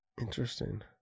Interesting